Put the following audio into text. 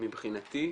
מבחינתי,